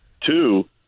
Two